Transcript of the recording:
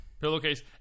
Pillowcase